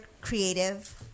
Creative